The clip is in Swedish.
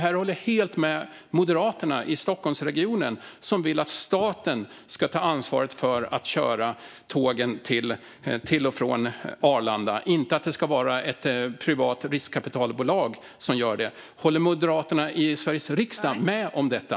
Här håller jag helt med Moderaterna i Stockholmsregionen, som vill att staten ska ta över ansvaret för att köra tågen till och från Arlanda och inte att det ska vara ett privat riskkapitalbolag som gör det. Håller Moderaterna i Sveriges riksdag med om detta?